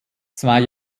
zwei